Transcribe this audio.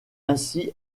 ainsi